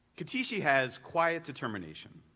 katishi has quiet determination.